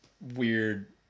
weird